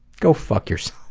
go fuck yourself.